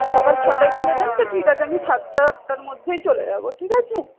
সকাল ছয়টায় খুলে দেন তো ঠিক আছে আমি সাতটা আটটার মধ্যেই চলে যাবো ঠিক আছে